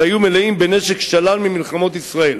שהיו מלאים בנשק שלל ממלחמות ישראל.